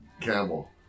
Camel